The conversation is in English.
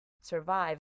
survive